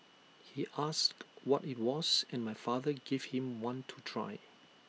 he asked what IT was and my father gave him one to try